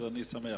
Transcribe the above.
אני שמח.